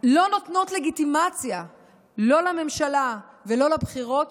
לא נותנות לגיטימציה לא לממשלה ולא לבחירות,